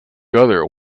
other